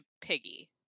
Piggy